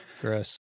Gross